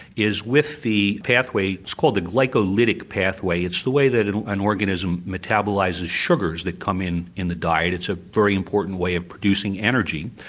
is with the pathway, it's called the glycolytic pathway, it's the way that and an organism metabolises sugars that come in in the diet, it's a very important way of producing energy.